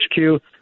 hq